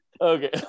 Okay